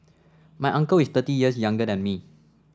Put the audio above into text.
my uncle is thirty years younger than me